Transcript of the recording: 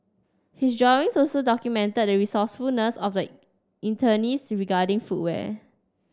his drawings also documented the resourcefulness of the internees regarding footwear